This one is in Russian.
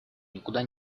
никуда